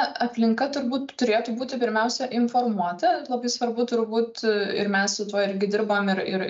aplinka turbūt turėtų būti pirmiausia informuota labai svarbu turbūt ir mes su tuo irgi dirbam ir ir